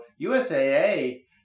USAA